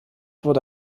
wurde